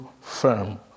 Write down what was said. firm